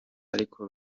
ariko